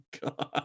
god